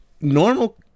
Normal